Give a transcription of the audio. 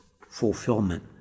fulfillment